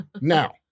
now